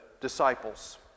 disciples